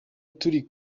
turi